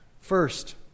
first